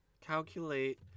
calculate